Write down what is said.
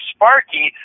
Sparky